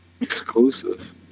Exclusive